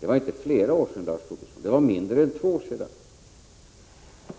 Det var inte flera år sedan, Lars Tobisson, utan mindre än två år sedan.